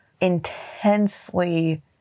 intensely